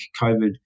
COVID